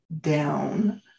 down